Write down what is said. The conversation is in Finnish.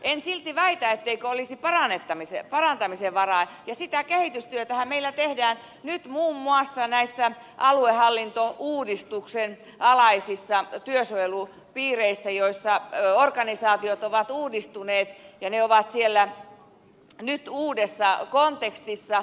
en silti väitä etteikö olisi parantamisen varaa ja sitä kehitystyötähän meillä tehdään nyt muun muassa näissä aluehallintouudistuksen alaisissa työsuojelupiireissä joissa organisaatiot ovat uudistuneet ja ne ovat siellä nyt uudessa kontekstissa